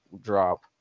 drop